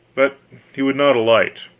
but he would not alight.